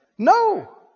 No